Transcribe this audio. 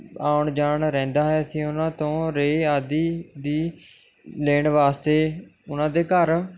ਆਉਣ ਜਾਣ ਰਹਿੰਦਾ ਹੈ ਅਸੀਂ ਉਹਨਾਂ ਤੋਂ ਰੇਅ ਆਦਿ ਦੀ ਲੈਣ ਵਾਸਤੇ ਉਹਨਾਂ ਦੇ ਘਰ